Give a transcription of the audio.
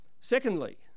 Secondly